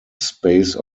space